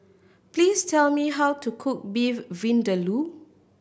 please tell me how to cook Beef Vindaloo